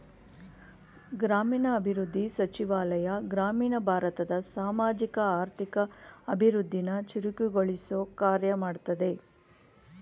ಗ್ರಾಮೀಣಾಭಿವೃದ್ಧಿ ಸಚಿವಾಲಯ ಗ್ರಾಮೀಣ ಭಾರತದ ಸಾಮಾಜಿಕ ಆರ್ಥಿಕ ಅಭಿವೃದ್ಧಿನ ಚುರುಕುಗೊಳಿಸೊ ಕಾರ್ಯ ಮಾಡ್ತದೆ